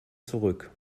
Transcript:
zurück